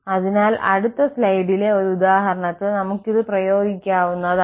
അതിനാൽ അടുത്ത സ്ലൈഡിലെ ഒരു ഉദാഹരണത്തിൽ നമുക്ക് ഇത് പ്രയോഗിക്കാവുന്നതാണ്